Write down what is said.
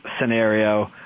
scenario